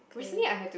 okay